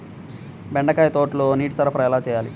బెండకాయ తోటలో నీటి సరఫరా ఎలా చేయాలి?